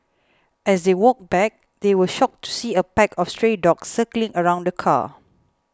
as they walked back they were shocked to see a pack of stray dogs circling around the car